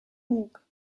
bug